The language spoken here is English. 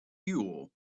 fuel